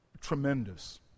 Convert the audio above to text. tremendous